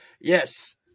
Yes